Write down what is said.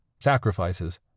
Sacrifices